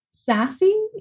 sassy